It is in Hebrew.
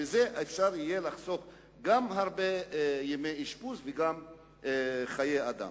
בזה יהיה אפשר לחסוך גם הרבה ימי אשפוז וגם חיי אדם.